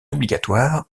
obligatoire